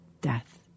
death